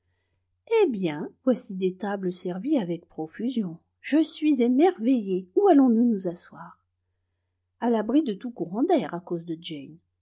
eh bien voici des tables servies avec profusion je suis émerveillée où allons-nous nous asseoir à l'abri de tout courant d'air à cause de jane